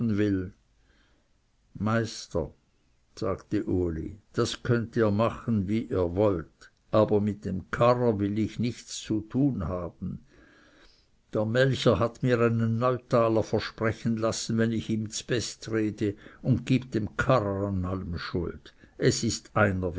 will meister sagte uli das könnet ihr machen wie ihr wollt aber mit dem karrer will ich nichts zu tun haben der melcher hat mir einen neutaler versprechen lassen wenn ich ihm z'best rede und gibt dem karrer an allem schuld es ist einer